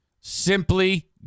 simply